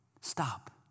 Stop